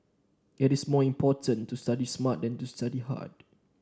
it is more important to study smart than to study hard